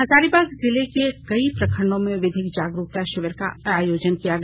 हजारीबाग जिले के कई प्रखंडों में विधिक जागरूकता शिविर आयोजन किया गया